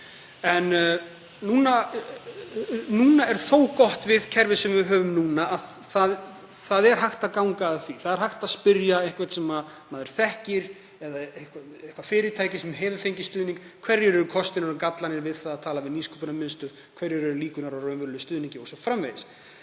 Það er þó gott við kerfið sem við höfum núna að hægt er að ganga að því. Það er hægt að spyrja einhvern sem maður þekkir, eða eitthvert fyrirtæki sem hefur fengið stuðning, hverjir séu kostirnir og gallarnir við að tala við Nýsköpunarmiðstöð, hverjar séu líkurnar á raunverulegum stuðningi o.s.frv.